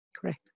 Correct